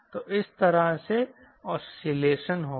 तो इस तरह से ऑस्किलेशन होगा